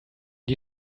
die